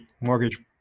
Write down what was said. mortgage